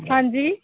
ਹਾਂਜੀ